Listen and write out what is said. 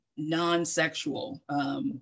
Non-sexual